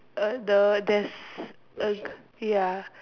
uh the there's a ya